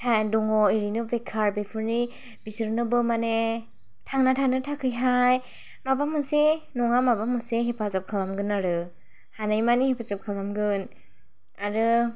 time दङ ओरैनो बेखार बेफोरनि बिसोरनोबो माने थांना थानो थाखायहाय माबा मोनसे नङा माबा मोनसे हेफाजाब खालामगोन आरो हानाय मानि हेफाजाब खालामगोन आरो